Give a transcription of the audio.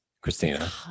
Christina